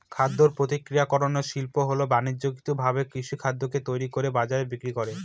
খাদ্য প্রক্রিয়াকরন শিল্প হল বানিজ্যিকভাবে কৃষিখাদ্যকে তৈরি করে বাজারে বিক্রি করা